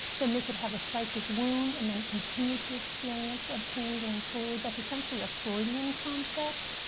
than they could have a psychic wound and then continue to experience ah pain going forward. that's essentially a freudian concept,